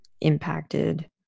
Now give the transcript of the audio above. impacted